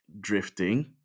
drifting